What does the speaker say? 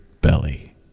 belly